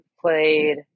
played